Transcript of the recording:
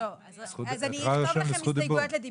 אני אכתוב לכם הסתייגויות לדיבור.